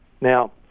Now